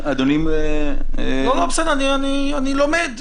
אדוני --- אני לומד.